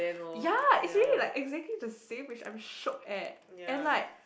ya is really like exactly the same which I am shocked at and like